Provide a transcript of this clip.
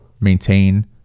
Maintain